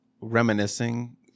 reminiscing